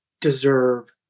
deserve